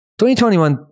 2021